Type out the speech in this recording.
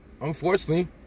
Unfortunately